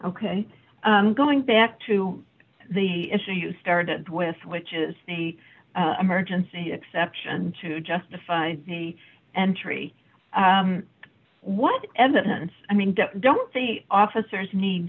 ok going back to the issue you started with which is the emergency exception to justify the entry what evidence i mean don't the officers need